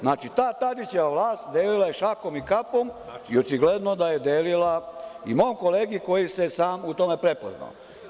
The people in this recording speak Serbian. Znači, ta Tadićeva vlast delila je šakom i kapom i očigledno da je delila i mom kolegi koji se sam u tome prepoznao.